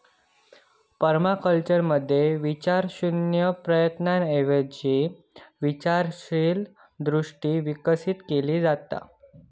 पर्माकल्चरमध्ये विचारशून्य प्रयत्नांऐवजी विचारशील दृष्टी विकसित केली जाता